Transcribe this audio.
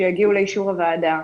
שיגיעו לאישור הוועדה,